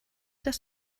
das